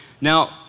Now